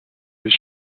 his